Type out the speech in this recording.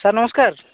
sir ନମସ୍କାର